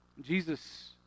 Jesus